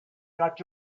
got